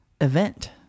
event